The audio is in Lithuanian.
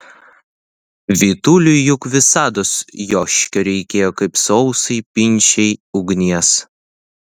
vytuliui juk visados joškio reikėjo kaip sausai pinčiai ugnies